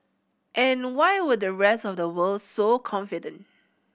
and why were the rest of the world so confident